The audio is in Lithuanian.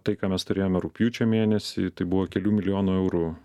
tai ką mes turėjome rugpjūčio mėnesį tai buvo kelių milijonų eurų